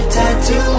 Tattoo